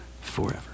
forever